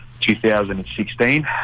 2016